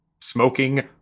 smoking